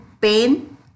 pain